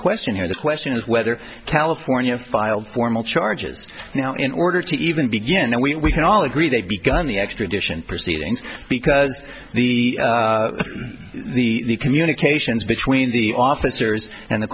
question here the question is whether california filed formal charges now in order to even begin and we can all agree they've begun the extradition proceedings because the the communications between the officers and the